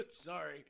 Sorry